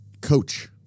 Coach